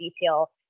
detail